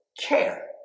care